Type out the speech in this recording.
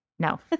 No